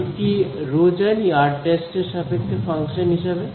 আমি কি ρ জানি r′ এর সাপেক্ষে ফাংশন হিসেবে